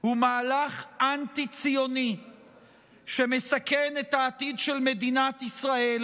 הוא מהלך אנטי-ציוני שמסכן את העתיד של מדינת ישראל